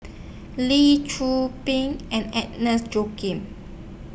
Lee Tzu Pheng and Agnes Joaquim